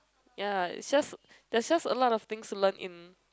ya it's just there's just a lot of things to learn in